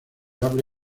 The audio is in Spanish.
habla